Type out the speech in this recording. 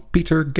Peter